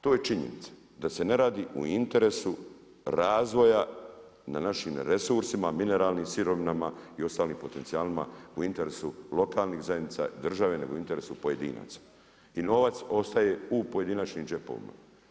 To je činjenica da se ne radi u interesu razvoja na našim resursima mineralnim sirovinama i ostalim potencijalima u interesu lokalnih zajednica, države nego u interesu pojedinaca i novac ostaje u pojedinačnim džepovima.